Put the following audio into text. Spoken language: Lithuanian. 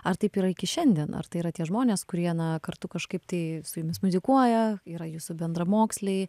ar taip yra iki šiandien ar tai yra tie žmonės kurie na kartu kažkaip tai su jumis muzikuoja yra jūsų bendramoksliai